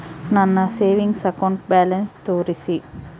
ನನ್ನ savings account balance ತೋರಿಸಿ?